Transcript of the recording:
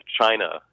China